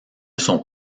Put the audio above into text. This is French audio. sont